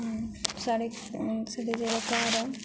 साढ़ा साढ़ा जेह्ड़ा घर ऐ